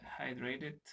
hydrated